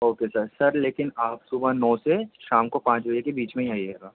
okay sir sir لیکن آپ صبح نو سے شام کو پانچ بجے کے بیچ میں ہی آئیے گا